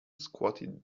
squatted